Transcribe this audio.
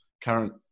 current